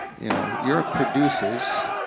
you know, europe produces